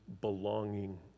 belonging